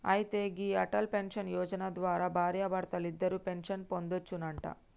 అయితే గీ అటల్ పెన్షన్ యోజన ద్వారా భార్యాభర్తలిద్దరూ పెన్షన్ పొందొచ్చునంట